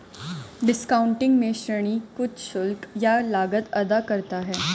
discounting में ऋणी कुछ शुल्क या लागत अदा करता है